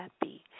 happy